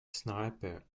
sniper